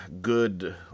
good